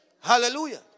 Hallelujah